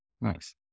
Nice